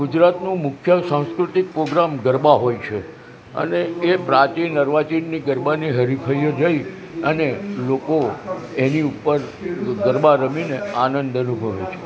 ગુજરાતનું મુખ્ય સાંસ્કૃતિક પોગ્રામ ગરબા હોય છે અને એ પ્રાચીન અર્વાચીનની ગરબાની હરીફાઈઓ જઇ અને લોકો એની ઉપર ગરબા રમી ને આનંદ અનુભવે છે